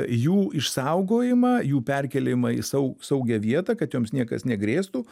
jų išsaugojimą jų perkėlimą į sau saugią vietą kad joms niekas negrėstų